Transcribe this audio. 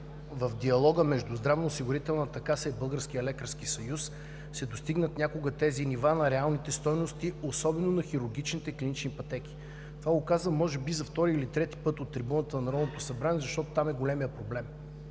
в диалога между Здравноосигурителната каса и Българския лекарски съюз и да се достигнат някога тези нива на реалните стойности, особено на хирургичните клинични пътеки. Казвам това, може би за втори или трети път от трибуната на Народното събрание, защото там е големият проблем.